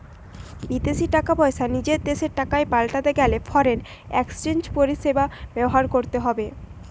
বিদেশী টাকা পয়সা নিজের দেশের টাকায় পাল্টাতে গেলে ফরেন এক্সচেঞ্জ পরিষেবা ব্যবহার করতে হবে